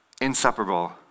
inseparable